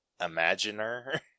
Imaginer